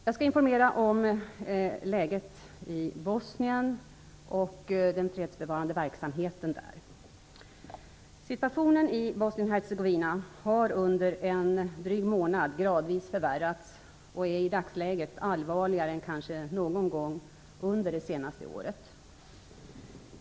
Jag skall informera om läget i Bosnien och den fredsbevarande verksamheten där. Situationen i Bosnien-Hercegovina har under en dryg månad gradvis förvärrats och är i dagsläget allvarligare än kanske någon gång under det senaste året.